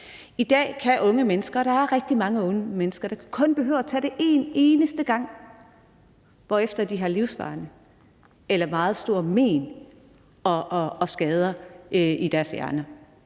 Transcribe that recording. I dag behøver unge mennesker – og der er rigtig mange unge mennesker – kun at tage det en eneste gang, hvorefter de har livsvarige eller meget store men og skader i deres hjerne.